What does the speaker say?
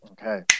Okay